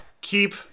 keep